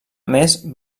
més